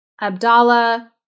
Abdallah